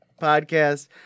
podcast